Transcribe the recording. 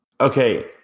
Okay